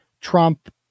Trump